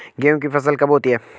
गेहूँ की फसल कब होती है?